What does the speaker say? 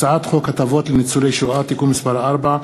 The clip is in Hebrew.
הצעת חוק הטבות לניצולי שואה (תיקון מס' 4),